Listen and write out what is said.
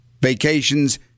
Vacations